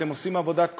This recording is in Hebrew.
אתם עושים עבודת קודש,